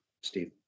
Steve